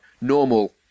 normal